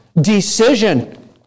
decision